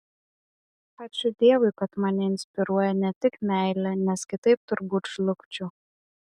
ačiū dievui kad mane inspiruoja ne tik meilė nes kitaip turbūt žlugčiau